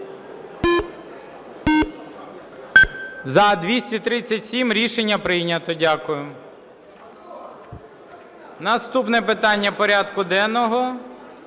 За-237 Рішення прийнято. Дякую. Наступне питання порядку денного